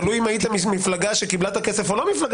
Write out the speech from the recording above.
תלוי אם היית מפלגה שקיבלה את הכסף או לא מפלגה